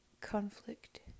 conflict